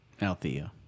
Althea